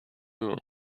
było